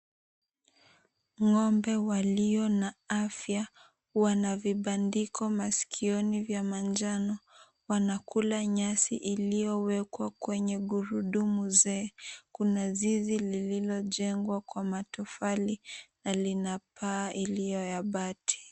Ng'ombe walio na afya wana vibandiko masikioni vya manjano, wanakula nyasi iliyowekwa kwenye gurudumu zee. Kuna zizi lililojengwa kwa matofali na lina paa iliyo ya bati .